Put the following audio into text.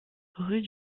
rue